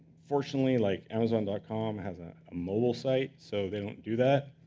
fortunately, like amazon dot com has a mobile site, so they don't do that.